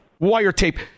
wiretape